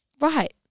Right